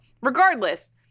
Regardless